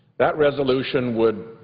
that resolution would,